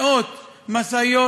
מאות משאיות,